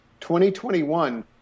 2021